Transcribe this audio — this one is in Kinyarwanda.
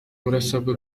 murasabwa